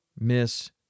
miss